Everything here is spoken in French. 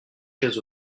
chaises